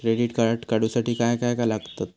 Credit card काढूसाठी काय काय लागत?